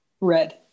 red